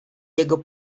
jego